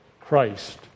Christ